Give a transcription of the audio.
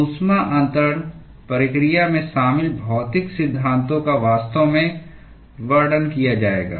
ऊष्मा अन्तरण प्रक्रिया में शामिल भौतिक सिद्धांतों का वास्तव में वर्णन किया जाएगा